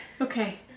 Okay